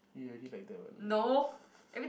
you already like that what